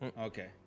Okay